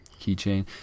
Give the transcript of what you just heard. keychain